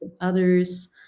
others